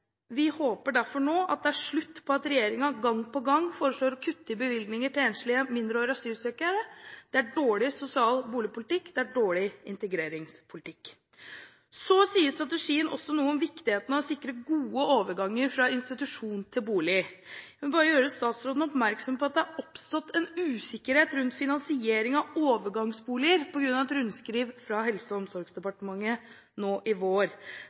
Vi håper derfor nå at det er slutt på at regjeringen gang på gang foreslår å kutte i bevilgninger til enslige mindreårige asylsøkere. Det er dårlig sosial boligpolitikk, og det er dårlig integreringspolitikk. Strategien sier også noe om viktigheten av å sikre gode overganger fra institusjon til bolig. Jeg vil bare gjøre statsråden oppmerksom på at det er oppstått usikkerhet rundt finansieringen av overgangsboliger på grunn av et rundskriv fra Helse- og omsorgsdepartementet nå i vår.